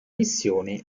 missione